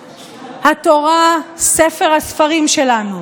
התורה, ספר הספרים שלנו,